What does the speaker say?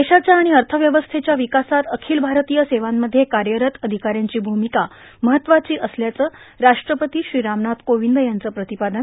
देशाच्या आणि अर्थव्यवस्थेच्या विकासात अखिल भारतीय सेवांमध्ये कार्यरत अधिकाऱ्यांची भूमिका महत्त्वाची असल्याचं राष्ट्रपती श्री रामनाथ कोविंद यांचं प्रतिपादन